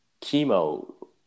chemo